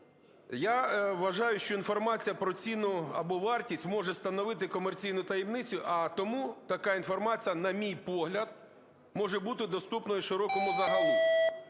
Я вважаю, що інформація про ціну або вартість може становити комерційну таємницю, а тому така інформація, на мій погляд, може бути доступною широкому загалу.